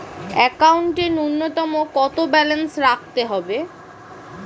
একাউন্টে নূন্যতম কত ব্যালেন্স রাখতে হবে?